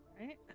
Right